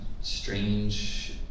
strange